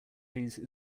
trees